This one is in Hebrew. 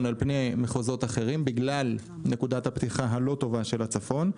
על פני מחוזות אחרים בגלל נקודת הפתיחה הלא טובה של הצפון,